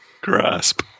Grasp